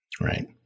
Right